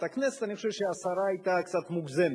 הכנסת: אני חושב שהסערה היתה קצת מוגזמת.